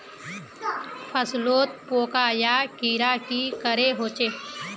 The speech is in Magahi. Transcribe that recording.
फसलोत पोका या कीड़ा की करे होचे?